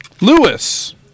Lewis